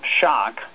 shock